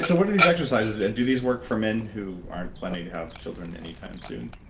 so what are these exercises, and do these work for me who aren't planning to have children any time soon?